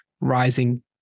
rising